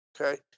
okay